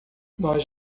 nós